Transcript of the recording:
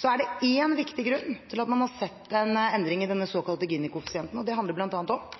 Det er én viktig grunn til at man har sett en endring i den såkalte Gini-koeffisienten, og det handler bl.a. om